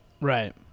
Right